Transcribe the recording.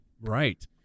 Right